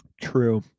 True